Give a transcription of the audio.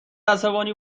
عصبانی